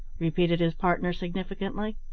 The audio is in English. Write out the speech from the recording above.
repeated his partner significantly.